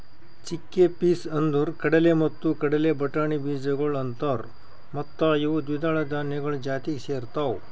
chickpeas ಅಂದುರ್ ಕಡಲೆ ಮತ್ತ ಕಡಲೆ ಬಟಾಣಿ ಬೀಜಗೊಳ್ ಅಂತಾರ್ ಮತ್ತ ಇವು ದ್ವಿದಳ ಧಾನ್ಯಗಳು ಜಾತಿಗ್ ಸೇರ್ತಾವ್